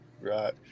Right